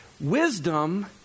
Wisdom